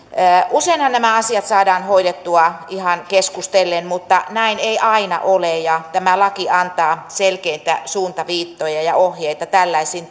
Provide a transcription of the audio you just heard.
useinhan nämä asiat saadaan hoidettua ihan keskustellen mutta näin ei aina ole ja tämä laki antaa selkeitä suuntaviittoja ja ohjeita tällaisiin